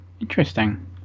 Interesting